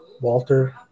Walter